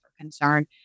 concern